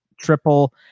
triple